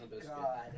God